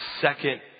second